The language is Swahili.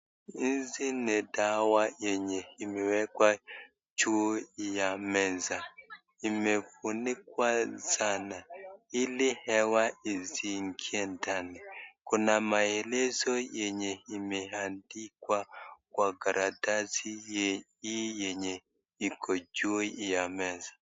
Hizi ni dawa yenye imewekwa juu ya meza. Imefunikwa sana ili hewa isiingie ndani. Kuna maelezo yenye imeandikwa kwa karatasi hii yenye iko juu ya meza.